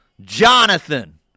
Jonathan